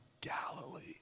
Galilee